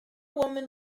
woman